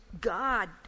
God